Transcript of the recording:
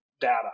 Data